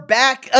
back